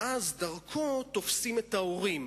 ואז דרכו תופסים את ההורים,